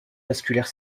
vasculaire